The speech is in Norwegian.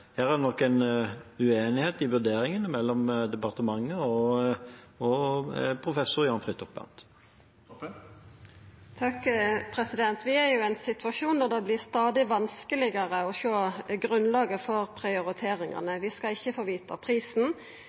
her er det nok en uenighet i vurderingen mellom departementet og professor Jan Fridthjof Bernt. Vi er jo i en situasjon der det vert stadig vanskelegare å sjå grunnlaget for prioriteringane. Vi skal ikkje få vita prisen,